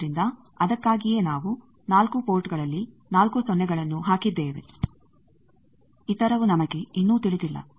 ಆದ್ದರಿಂದ ಅದಕ್ಕಾಗಿಯೇ ನಾವು 4 ಪೋರ್ಟ್ಗಳಲ್ಲಿ 4 ಸೊನ್ನೆಗಳನ್ನು ಹಾಕಿದ್ದೇವೆ ಇತರವೂ ನಮಗೆ ಇನ್ನೂ ತಿಳಿದಿಲ್ಲ